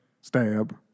Stab